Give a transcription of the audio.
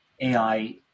AI